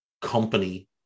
company